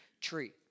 tree